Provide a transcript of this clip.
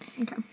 Okay